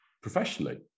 professionally